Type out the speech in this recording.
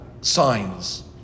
signs